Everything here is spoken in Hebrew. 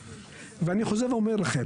ואני חוזר ואומר לכם,